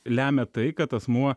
lemia tai kad asmuo